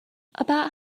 about